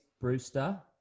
Brewster